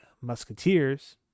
Musketeers